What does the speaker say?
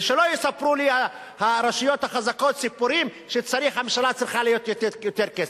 ושלא יספרו לי הרשויות החזקות סיפורים שהממשלה צריכה לתת יותר כסף.